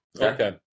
Okay